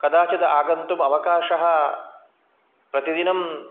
कदाचित् अगन्तुम् अवकाशः प्रतिदिनं